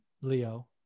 Leo